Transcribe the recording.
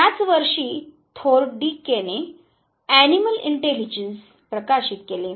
त्याच वर्षी थोर्नडिकेने 'अॅनिमल इंटेलिजन्स' प्रकाशित केले